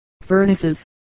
furnaces